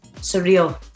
surreal